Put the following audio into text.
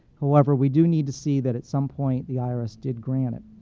however, we do need to see that at some point the irs did grant it.